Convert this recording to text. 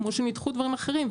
כמו שהם ידחו דברים אחרים,